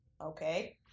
Okay